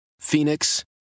Phoenix